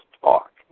talk